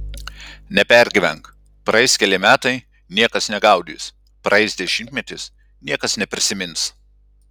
nepergyvenk praeis keli metai niekas negaudys praeis dešimtmetis niekas neprisimins